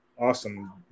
awesome